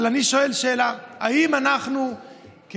אבל אני שואל שאלה: האם אנחנו ככנסת,